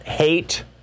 hate